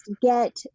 get